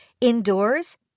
indoors